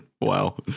Wow